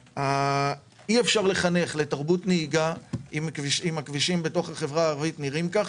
אי אפשר לחנך לתרבות נהיגה אם הכבישים בתוך החברה הערבית נראים כך.